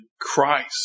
Christ